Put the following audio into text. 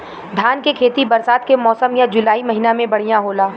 धान के खेती बरसात के मौसम या जुलाई महीना में बढ़ियां होला?